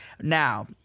now